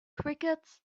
crickets